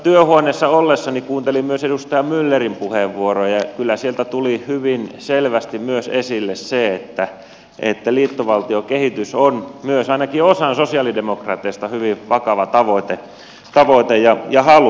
työhuoneessa ollessani kuuntelin myös edustaja myllerin puheenvuoron ja kyllä sieltä tuli hyvin selvästi myös esille se että liittovaltiokehitys on myös ainakin osalle sosialidemokraateista hyvin vakava tavoite ja halu